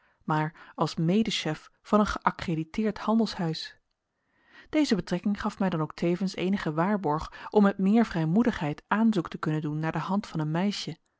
maar als medechef van een geaccrediteerd handelshuis deze betrekking gaf mij dan ook tevens eenigen waarborg om met meer vrijmoedigheid aanzoek te kunnen doen naar de hand van een meisje